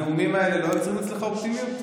הנאומים האלה לא יוצרים אצלך אופטימיות?